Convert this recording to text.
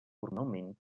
formalment